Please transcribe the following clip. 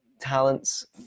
talents